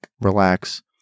relax